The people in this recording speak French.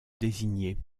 désigner